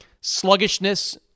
sluggishness